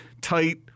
tight